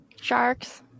sharks